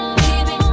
baby